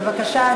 בבקשה.